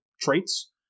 traits